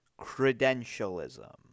credentialism